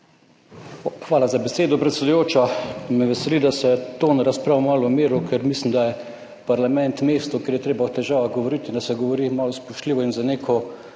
Hvala za besedo, predsedujoča. Me veseli, da se je to razpravo malo umiril, ker mislim, da je parlament mesto, kjer je treba o težavah govoriti in da se govori malo spoštljivo in z neko